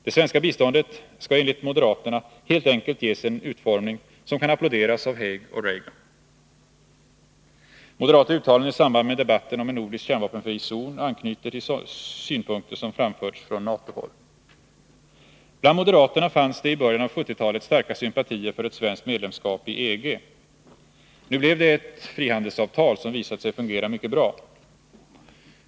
Det svenska biståndet skall enligt moderaterna helt enkelt ges en utformning som kan applåderas av Haig och Reagan. Moderata uttalanden i samband med debatten om en nordisk kärnvapenfri zon anknyter till synpunkter som framförts från NATO-håll. Bland moderaterna fanns det i början av 1970-talet starka sympatier för ett svenskt medlemskap i EG. Nu blev det ett frihandelsavtal, som har visat sig fungera mycket bra.